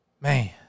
man